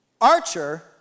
archer